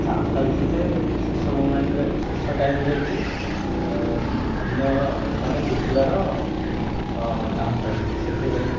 chance ଥାଉଛି ଯେ ଶେଷ ମୁଭମେଣ୍ଟରେ ଶେଷ ଟାଇମ୍ରେ ବି ଅନ୍ୟ ଜଣେ ଜିତିବାର ଚାନ୍ସ ଥାଉଛି ସେଥିପାଇଁ